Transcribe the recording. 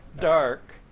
dark